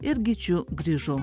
ir gyčiu grižu